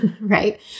right